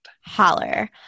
Holler